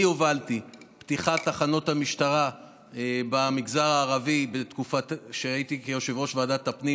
אני הובלתי פתיחת תחנות משטרה במגזר הערבי כשהייתי יושב-ראש ועדת הפנים,